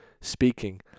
speaking